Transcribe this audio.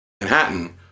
Manhattan